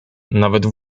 nawet